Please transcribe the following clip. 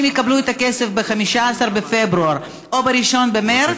יקבלו את הכסף ב-15 בפברואר או ב-1 במרס,